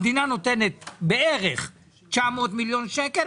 המדינה נותנת בערך 900 מיליון שקל,